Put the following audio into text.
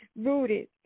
rooted